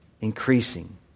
increasing